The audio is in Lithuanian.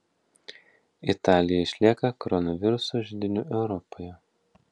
italija išlieka koronaviruso židiniu europoje